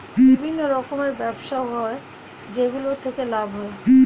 বিভিন্ন রকমের ব্যবসা হয় যেগুলো থেকে লাভ হয়